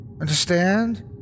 Understand